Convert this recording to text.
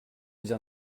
dire